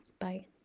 Bye